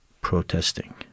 protesting